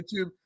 YouTube